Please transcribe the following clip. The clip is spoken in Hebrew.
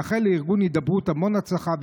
אני מאחל לארגון הידברות המון הצלחה,